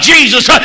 Jesus